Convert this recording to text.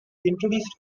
introduce